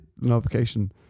Notification